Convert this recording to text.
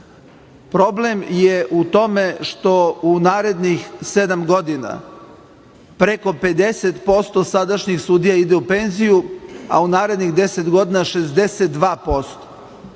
oblasti. Problem je u tome što u narednih sedam godina preko 50% sadašnjih sudija ide u penziju, a u narednih 10 godina 62%.